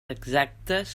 exactes